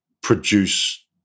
produce